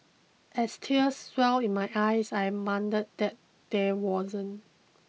as tears welled in my eyes I muttered that there wasn't